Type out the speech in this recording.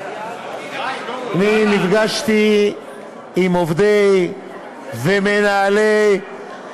אני נפגשתי עם עובדי ומנהלי הביטוח